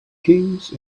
kings